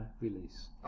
release